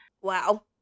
Wow